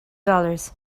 dollars